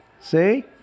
See